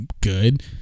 good